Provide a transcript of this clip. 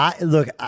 Look